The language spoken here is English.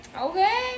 Okay